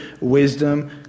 wisdom